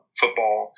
football